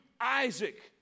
Isaac